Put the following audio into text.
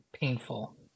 painful